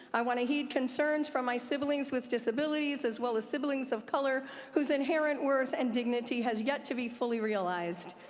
i want to heed concerns from my sick brings with disabilities, as well as sick brings of colors whose inherent worth and dignity has yet to be fully realized.